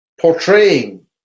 portraying